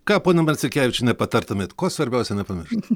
ką ponia marcikevičiene patartumėt ko svarbiausia nepamiršt